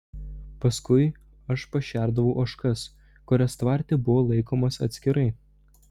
paskui aš pašerdavau ožkas kurios tvarte buvo laikomos atskirai